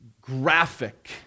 graphic